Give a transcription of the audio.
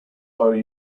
are